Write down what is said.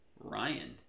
Ryan